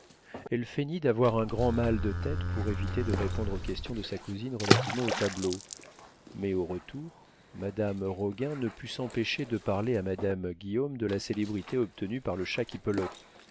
elle feignit d'avoir un grand mal de tête pour éviter de répondre aux questions de sa cousine relativement aux tableaux mais au retour madame roguin ne put s'empêcher de parler à madame guillaume de la célébrité obtenue par le